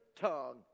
tongue